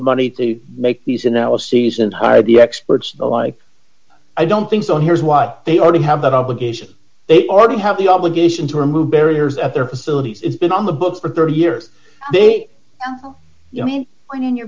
money to make these analyses and hire the experts alike i don't think so and here's why they already have that obligation they already have the obligation to remove barriers at their facilities it's been on the books for thirty years they mean printing your